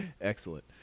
Excellent